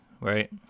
right